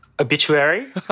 obituary